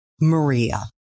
Maria